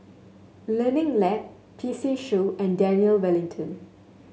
Learning Lab P C Show and Daniel Wellington